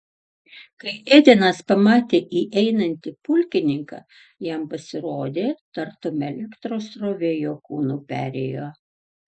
kai edenas pamatė įeinantį pulkininką jam pasirodė tartum elektros srovė jo kūnu perėjo